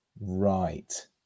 right